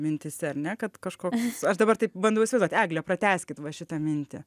mintyse ar ne kad kažkoks aš dabar taip bandau įsivaizduot egle pratęskit va šitą mintį